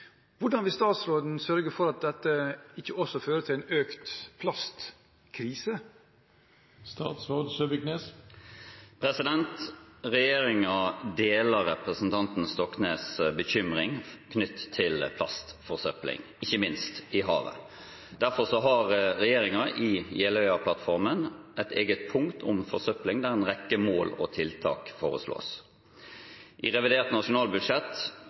Hvordan vil statsråden sørge for at den ikke også fører til økt plastkrise?» Regjeringen deler representanten Stoknes’ bekymring knyttet til plastforsøpling, ikke minst i havet. Derfor har regjeringen i Jeløya-plattformen et eget punkt om forsøpling der en rekke mål og tiltak foreslås. I revidert nasjonalbudsjett